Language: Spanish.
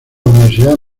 universidad